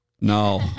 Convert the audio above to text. No